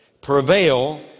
Prevail